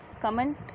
Comment